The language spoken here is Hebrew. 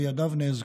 וידיו נאזקו.